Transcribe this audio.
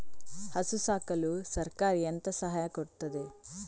ಹಸು ಸಾಕಲು ಸರಕಾರ ಎಂತ ಸಹಾಯ ಕೊಡುತ್ತದೆ?